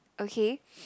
okay